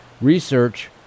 Research